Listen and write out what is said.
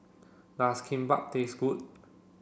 does Kimbap taste good